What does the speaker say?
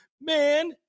man